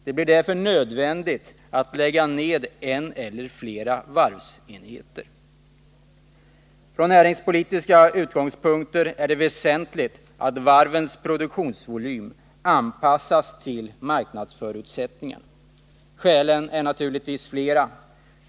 Det blir därför nödvändigt att lägga ned en eller flera varvsenheter. Från näringspolitiska utgångspunkter är det väsentligt att varvens produktionsvolym anpassas till marknadsförutsättningarna. Skälen är naturligtvis flera.